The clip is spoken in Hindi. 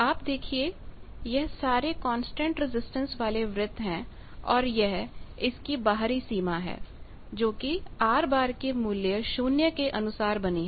आप देखिए यह सारे कांस्टेंट रेजिस्टेंस वाले वृत्त हैंऔर यह इसकी बाहरी सीमा है जोकि R के मूल्य 0 के अनुसार बनी है